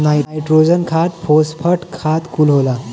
nitrogen खाद phosphate खाद कुल होला